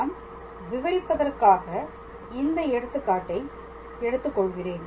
நான் விவரிப்பதற்காக இந்த எடுத்துக்காட்டை எடுத்துக்கொள்கிறேன்